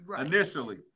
initially